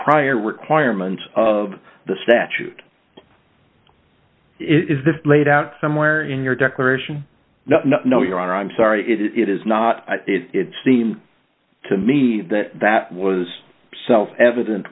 prior requirements of the statute is the laid out somewhere in your declaration no your honor i'm sorry it is not it seemed to me that that was self evident